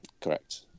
Correct